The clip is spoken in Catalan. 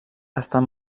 estan